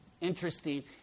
interesting